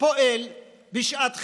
פועל בשעת חירום.